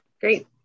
Great